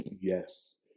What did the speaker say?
yes